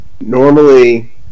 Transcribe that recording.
normally